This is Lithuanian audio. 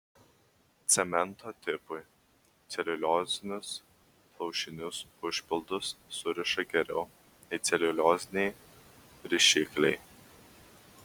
cemento tipui celiuliozinius plaušinius užpildus suriša geriau nei celiulioziniai rišikliai